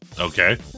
Okay